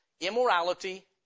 Immorality